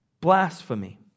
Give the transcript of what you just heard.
blasphemy